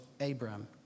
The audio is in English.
Abram